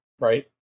right